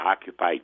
occupy